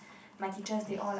my teachers they all like